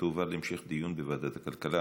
תועבר להמשך דיון בוועדת הכלכלה.